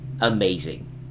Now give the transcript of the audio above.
amazing